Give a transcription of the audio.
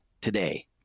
today